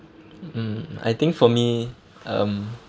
mm I think for me um